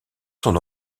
son